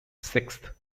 sixth